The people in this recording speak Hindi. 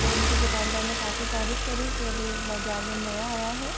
जो मुझे दुकानदार ने काफ़ी तारीफ़ करी कि अभी ये बजार में नया आया है